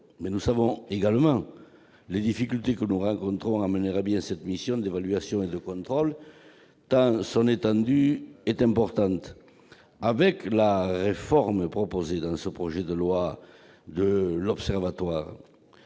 mais nous connaissons également les difficultés que nous rencontrons pour mener à bien cette mission d'évaluation et de contrôle, tant son étendue est importante. Réformé par ce projet de loi, l'Observatoire